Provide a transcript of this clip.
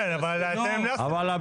כן, אבל אתם המלצתם.